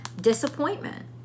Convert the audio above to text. disappointment